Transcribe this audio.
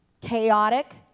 chaotic